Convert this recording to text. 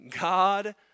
God